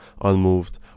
unmoved